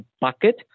bucket